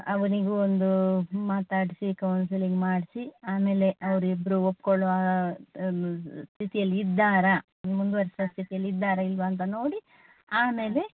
ಅವನಿಗೂ ಒಂದೂ ಮಾತಾಡಿಸಿ ಕೌನ್ಸಿಲಿಂಗ್ ಮಾಡಿಸಿ ಆಮೇಲೆ ಅವರಿಬ್ರೂ ಒಪ್ಕೊಳ್ಳೋ ಸ್ಥಿತಿಯಲ್ಲಿ ಇದ್ದಾರಾ ಮುಂದುವರೆಸುವ ಸ್ಥಿತಿಯಲ್ಲಿ ಇದ್ದಾರಾ ಇಲ್ವ ಅಂತ ನೋಡಿ ಆಮೇಲೆ